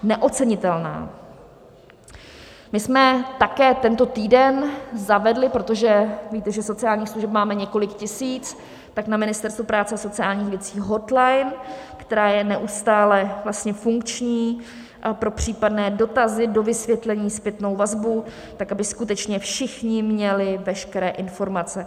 My jsme také tento týden zavedli, protože víte, že sociálních služeb mámě několik tisíc, na Ministerstvu práce a sociálních věcí hotline, která je neustále vlastně funkční pro případné dotazy, dovysvětlení, zpětnou vazbu, tak aby skutečně všichni měli veškeré informace.